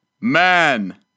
Man